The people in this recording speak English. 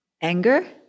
Anger